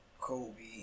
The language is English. Kobe